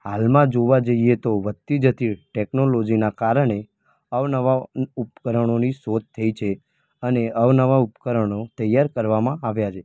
હાલમાં જોવા જઈએ તો વધતી જતી ટૅકનોલોજીનાં કારણે અવનવાં ઉપકરણોની શોધ થઈ છે અને અવનવાં ઉપકરણો તૈયાર કરવામાં આવ્યા છે